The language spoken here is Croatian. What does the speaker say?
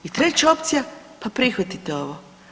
I treća opcija, pa prihvatite ovo.